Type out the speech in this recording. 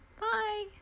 Bye